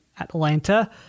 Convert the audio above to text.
Atlanta